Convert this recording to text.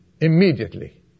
immediately